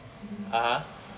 (uh huh)